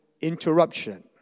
interruption